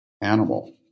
animal